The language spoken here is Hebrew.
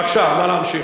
בבקשה, נא להמשיך.